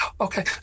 Okay